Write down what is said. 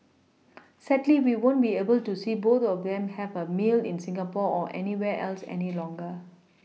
sadly we won't be able to see both of them have a meal in Singapore or anywhere else any longer